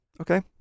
Okay